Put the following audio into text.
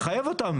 לחייב אותם.